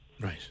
Right